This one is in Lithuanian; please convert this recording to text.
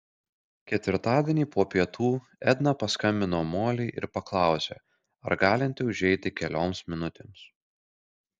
ketvirtadienį po pietų edna paskambino molei ir paklausė ar galinti užeiti kelioms minutėms